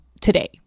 today